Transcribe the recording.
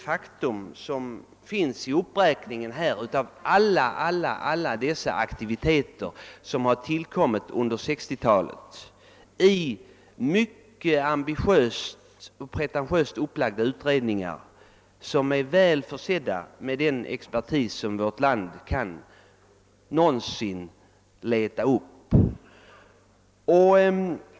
Jag vill också liksom utskottet erinra om alla de olika aktiviteter som tillkommit under 1960 talet i mycket ambitiösa och även pretentiöst upplagda utredningar, i vilka sitter den bästa expertis som vårt land någonsin kan leta upp.